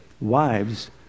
Wives